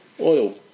Oil